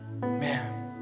man